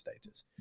status